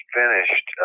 finished